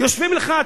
יושבים לך,